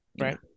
Right